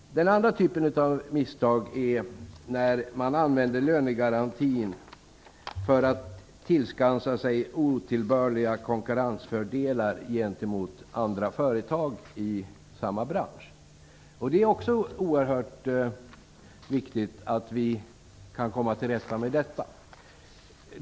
Den andra typen av missbruk är när man använder lönegarantin för att tillskansa sig otillbörliga konkurrensfördelar gentemot andra företag i samma bransch. Det är oerhört viktigt att vi kan komma till rätta med detta.